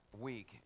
week